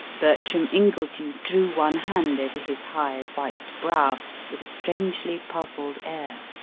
bertram ingledew drew one hand over his high white brow with a strangely puzzled air.